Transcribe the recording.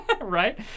Right